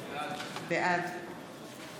בעד